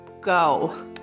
go